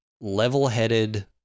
level-headed